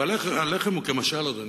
הלחם הוא כמשל, אדוני,